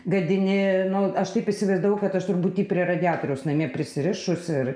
gadini nu aš taip įsivaizdavau kad aš tur būti prie radiatoriaus namie prisirišus ir